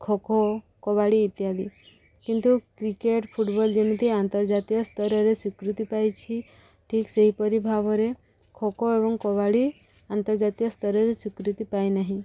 ଖୋଖୋ କବାଡ଼ି ଇତ୍ୟାଦି କିନ୍ତୁ cricket football ଯେମିତି ଆନ୍ତର୍ଜାତୀୟସ୍ତରରେ ସ୍ୱୀକୃତି ପାଇଛି ଠିକ୍ ସେହିପରି ଭାବରେ ଖୋଖୋ ଏବଂ କବାଡ଼ି ଆନ୍ତର୍ଜାତୀୟସ୍ତରରେ ସ୍ୱୀକୃତି ପାଇନାହିଁ